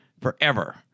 forever